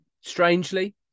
strangely